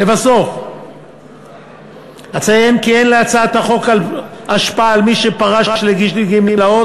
לבסוף אציין כי אין להצעת החוק השפעה על מי שפרש לגמלאות,